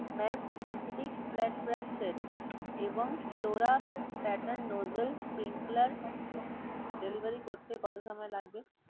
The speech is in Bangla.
mapped synthetic flat brush set এবং flora pattern nozzle sprinkler delivery করতে কত সময় লাগবে